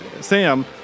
Sam